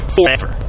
Forever